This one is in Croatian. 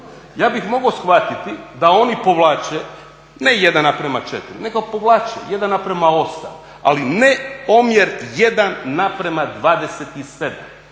Ja bih mogao shvatiti da oni povlače ne 1 na prema 4, neka povlače 1 na prema 8, ali ne omjer 1 na prema 27.